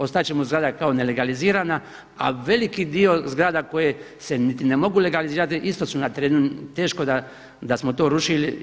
Ostat će mu zgrada kao nelegalizirana, a veliki dio zgrada koje se niti ne mogu legalizirati isto su na terenu teško da smo to rušili.